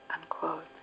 unquote